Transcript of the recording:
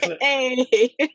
hey